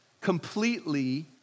completely